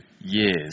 years